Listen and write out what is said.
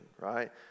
right